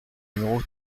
numéro